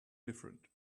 different